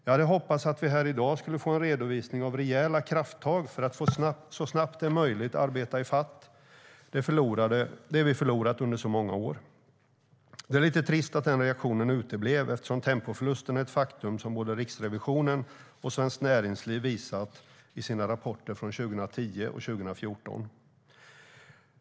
Jag hade hoppats att vi här i dag skulle få en redovisning av rejäla krafttag för att så snabbt som det är möjligt arbeta i fatt det vi förlorat under så många år. Det är lite trist att den reaktionen uteblev eftersom tempoförlusterna är ett faktum som både Riksrevisionen och Svenskt Näringsliv visat i sina rapporter från 2010 och 2014.